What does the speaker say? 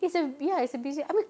it's a ya it's a busy I mean